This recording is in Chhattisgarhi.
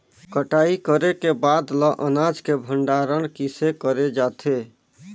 कटाई करे के बाद ल अनाज के भंडारण किसे करे जाथे?